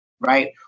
Right